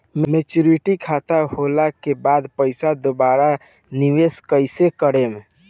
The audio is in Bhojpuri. मेचूरिटि खतम होला के बाद पईसा दोबारा निवेश कइसे करेम?